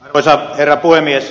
arvoisa herra puhemies